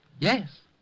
Yes